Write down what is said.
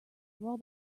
roll